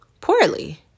poorly